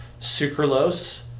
sucralose